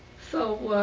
so